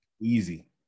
Easy